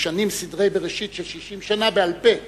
שמשנים סדרי בראשית של 60 שנה בעל-פה,